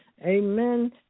Amen